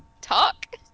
talk